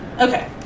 Okay